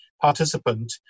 participant